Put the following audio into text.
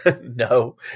No